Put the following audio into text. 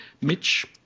Mitch